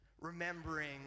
remembering